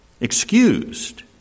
excused